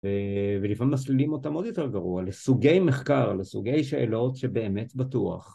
ולפעמים מסלילים אותם עוד יותר גרוע, לסוגי מחקר, לסוגי שאלות שבאמת בטוח.